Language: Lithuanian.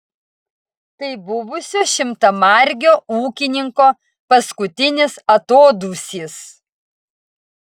tai buvusio šimtamargio ūkininko paskutinis atodūsis